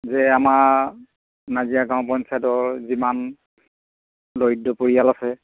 যে আমাৰ নাজিৰা গাঁও পঞ্চায়তৰ যিমান দৰিদ্ৰ পৰিয়াল আছে